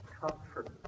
comfort